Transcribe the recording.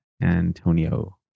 Antonio